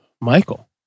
Michael